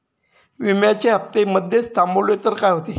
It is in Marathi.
विम्याचे हफ्ते मधेच थांबवले तर काय होते?